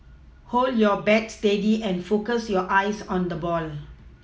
hold your bat steady and focus your eyes on the ball